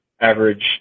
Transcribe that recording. average